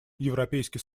европейский